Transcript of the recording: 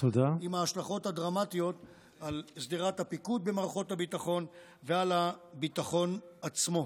עם ההשלכות הדרמטיות על שדרת הפיקוד במערכות הביטחון ועל הביטחון עצמו.